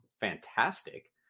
fantastic